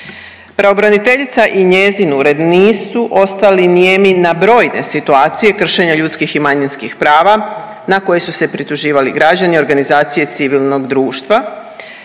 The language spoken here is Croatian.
Pravobraniteljica i njezin ured nisu ostali nijemi na brojne situacije kršenja ljudskih i manjinskih prava na koje su se prituživali građani, organizacije civilnog društva